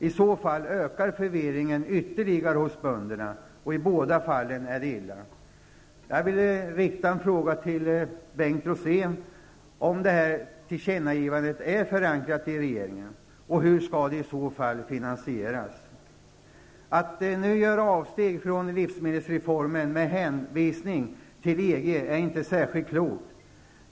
I så fall ökar förvirringen ytterligare hos bönderna. I båda fallen är det illa. Jag vill fråga Bengt Rosén om detta tillkännagivande är förankrat i regeringen. Hur skall det i så fall finansieras? Att nu göra avsteg från livsmedelsreformen med hänvisning till EG är inte särskilt klokt.